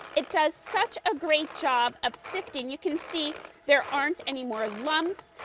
it does such a great job of sifting. you can see there aren't any more lumps,